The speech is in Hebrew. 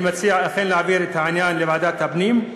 לכן אני מציע להעביר את העניין לוועדת הפנים.